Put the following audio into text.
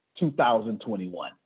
2021